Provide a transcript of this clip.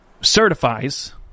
certifies